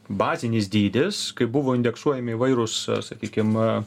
bazinis dydis kai buvo indeksuojami įvairūs sakykim